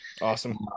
awesome